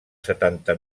setanta